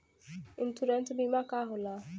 Insurance बीमा का होला?